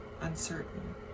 uncertain